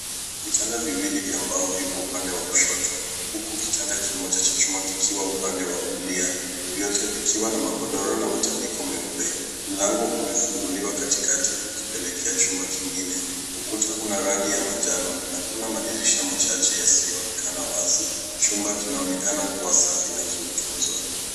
Vitanda viwili vya mbao vipo upande wa kushoto huku kitanda kimoja cha chuma kikiwa upande wa kulia, vyote vikiwa na magodoro na matandiko meupe. Mlango umefunguliwa katikati ukipelekea chumba kingine. Ukuta una rangi ya manjano na kuna madirisha machache yasiyoonekana wazi. Chumba kinaonekana kuwa safi na kimetunzwa.